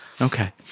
Okay